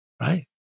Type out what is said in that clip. right